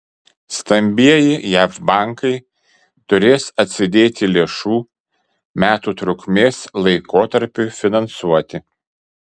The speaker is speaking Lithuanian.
stambieji jav bankai turės atsidėti lėšų metų trukmės laikotarpiui finansuoti